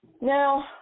Now